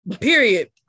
period